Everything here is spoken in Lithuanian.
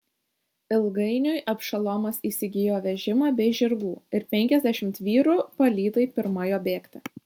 ilgainiui abšalomas įsigijo vežimą bei žirgų ir penkiasdešimt vyrų palydai pirma jo bėgti